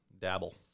Dabble